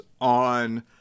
on